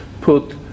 put